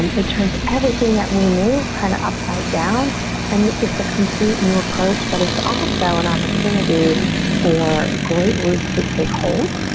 and it turns everything that we knew kind of upside down and it's a complete new approach, but it's also an opportunity for great routes to take hold.